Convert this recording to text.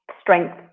strength